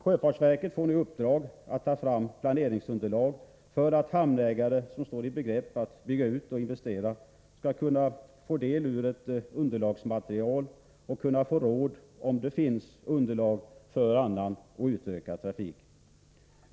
Sjöfartsverket föreslås få i uppdrag att ta fram planeringsunderlag som hamnägare som står i begrepp att bygga ut och investera skall kunna få del av och få råd för att kunna bedöma om det finns förutsättningar för en annan eller utökad trafik.